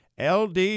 LD